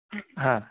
হ্যাঁ